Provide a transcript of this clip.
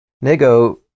Nego